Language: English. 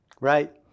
right